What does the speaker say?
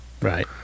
Right